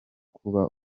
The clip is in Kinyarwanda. kuba